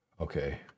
Okay